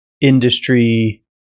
industry